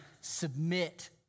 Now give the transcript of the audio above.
submit